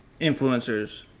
influencers